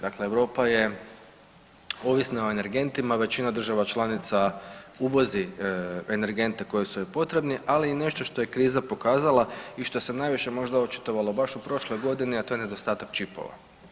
Dakle, Europa je ovisna o energentima, većina država članica uvozi energente koji su joj potrebni, ali i nešto što je kriza pokazala i što se najviše možda očitovalo baš u prošloj godini, a to je nedostatak čipova.